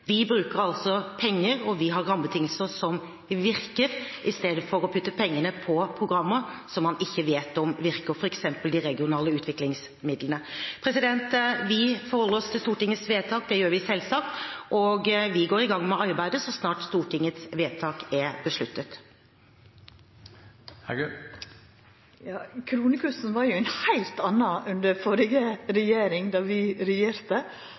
Vi bruker altså penger, og vi har rammebetingelser som virker, i stedet for å putte pengene på programmer som man ikke vet om virker, f.eks. de regionale utviklingsmidlene. Vi forholder oss selvsagt til Stortingets vedtak, og vi går i gang med arbeidet så snart Stortingets vedtak er besluttet. Kronekursen var jo ein heilt annan under førre regjering då vi regjerte,